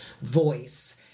voice